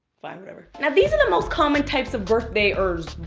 fine, whatever. now these are the most common types of birthdayers.